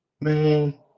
Man